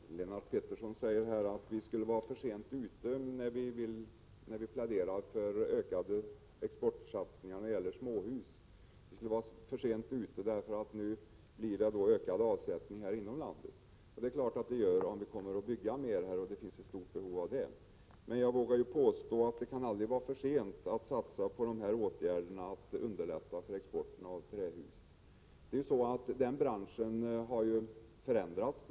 Herr talman! Lennart Petterson säger att vi skulle vara för sent ute, när vi pläderar för ökade exportsatsningar när det gäller småhus. Vi skulle vara för sent ute därför att det nu blir ökad avsättning inom landet. Det blir det naturligtvis om vi kommer att bygga mer och det därigenom finns ett stort behov av småhus. Men jag vågar påstå att det aldrig kan vara för sent att satsa på åtgärder för att underlätta exporten av trähus. Den branschen har förändrats.